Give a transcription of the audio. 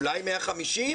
אולי 150?